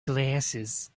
glasses